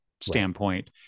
standpoint